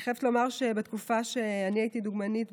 אני חייבת לומר שבתקופה שאני הייתי דוגמנית,